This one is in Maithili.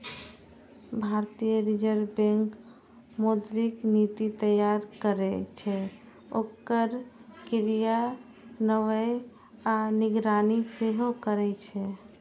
भारतीय रिजर्व बैंक मौद्रिक नीति तैयार करै छै, ओकर क्रियान्वयन आ निगरानी सेहो करै छै